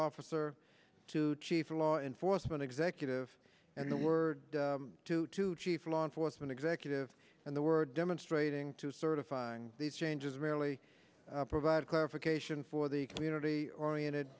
officer to chief law enforcement executive and the word to two chief law enforcement executive and the word demonstrating to certifying these changes merely provide a clarification for the community oriented